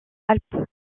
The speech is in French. alpes